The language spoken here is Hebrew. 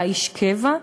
היה איש קבע,